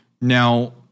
Now